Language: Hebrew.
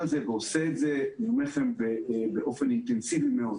הזה ועושה את זה באופן אינטנסיבי מאוד,